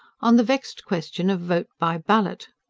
on the vexed question of vote by ballot.